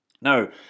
Now